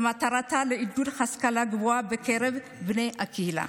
שמטרתה עידוד השכלה גבוהה בקרב בני הקהילה,